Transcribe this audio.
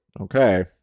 Okay